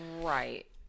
Right